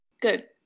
Good